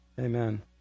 Amen